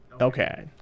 Okay